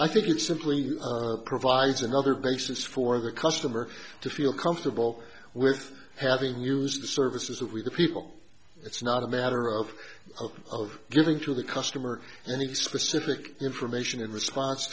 i think it's simply provides another basis for the customer to feel comfortable with having used the services of we the people it's not a matter of of getting to the customer any specific information in response